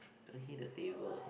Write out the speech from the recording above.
I hit the table